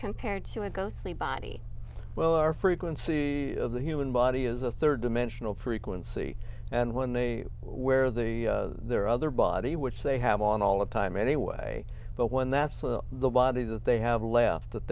compared to a ghostly body well our frequency of the human body is a third dimensional frequency and when they where the there are other body which they have on all the time anyway but when that's with the body that they have left